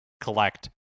collect